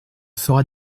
fera